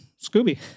Scooby